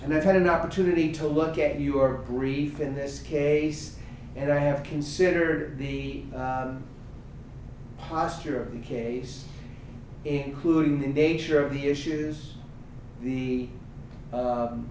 an opportunity to look at your brief in this case and i have considered the posture of the case including the nature of the issue is the